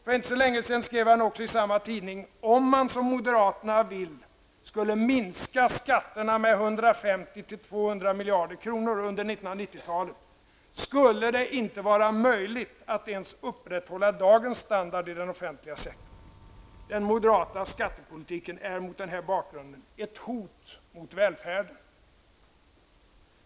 För inte så länge sedan skrev han i samma tidning: ''Om man, som moderaterna vill, skulle minska skatterna med 150--200 miljarder kronor under 1990-talet skulle det inte vara möjligt att ens upprätthålla dagens standard i den offentliga sektorn. -- Den moderata skattepolitiken är mot den här bakgrunden ett hot mot välfärden.''